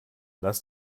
lass